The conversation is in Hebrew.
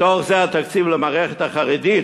מתוך זה התקציב למערכת החרדית,